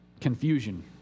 confusion